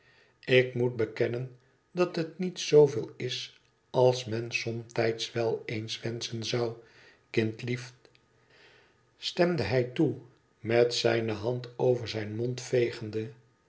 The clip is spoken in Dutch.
tik moet bekennen dat het niet zooveel is als men somtijds wel eens wcdschen zou kindlief stemde hij toe met zijne hand over zijn mond vegende